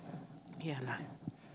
ya lah